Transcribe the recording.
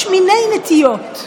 יש מיני נטיות.